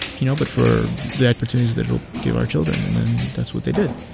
you know, but for the opportunities that it will give our children. and then that's what they did.